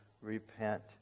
repent